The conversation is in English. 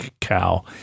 cow